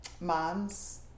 moms